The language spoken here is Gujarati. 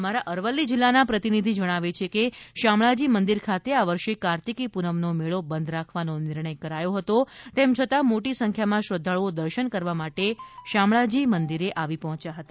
દેવદિવાળી અમારા અરવલ્લી જિલ્લાના પ્રતિનિધિ જણાવે છે કે શામળાજી મંદિર ખાતે આ વર્ષે કાર્તિકી પૂનમના મેળો બંધ રાખવાનો નિર્ણય કરાયો હતો તેમ છતાં મોટી સંખ્યામાં શ્રદ્વાળુઓ દર્શન કરવા માટે શામળાજી મંદિરે આવી પહોંચ્યા હતા